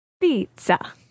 Pizza